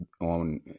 on